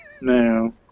no